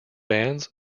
bands